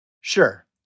Sure